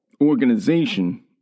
organization